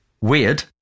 Weird